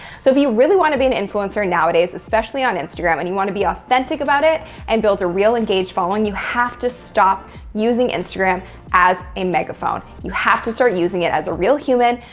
so, if you really want to be an influencer nowadays, especially on instagram, and you want to be authentic about it and build a real engaged following, you have to stop using instagram as a megaphone. you have to start using it as a real human,